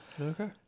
Okay